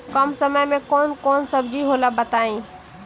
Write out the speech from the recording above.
कम समय में कौन कौन सब्जी होला बताई?